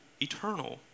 eternal